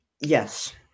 yes